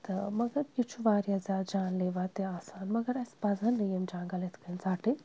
تہٕ مگر یہِ چھُ واریاہ زیادٕ جانلیوا تہِ آسان مگر اَسہِ پَزَن نہٕ یِم جنٛگل یِتھ کنۍ ژَٹٕنۍ